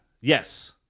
Yes